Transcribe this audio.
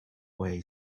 way